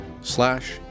slash